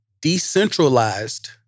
decentralized